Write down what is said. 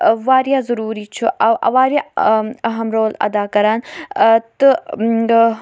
واریاہ ضٔروٗری چھُ واریاہ اَہم رول اَدا کَران تہٕ